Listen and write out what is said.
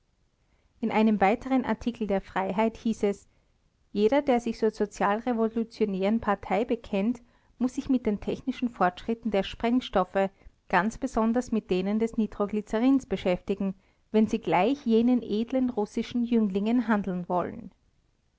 in einem weiteren artikel der freiheit hieß es jeder der sich zur sozial revolutionären partei bekennt muß sich mit den technischen fortschritten der sprengstoffe ganz besonders mit denen des nitroglyzerins beschäftigen wenn sie gleich jenen edlen russischen jünglingen handeln wollen